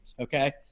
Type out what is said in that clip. okay